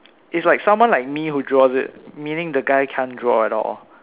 it's like someone like me who draws it meaning the guy can't draw at all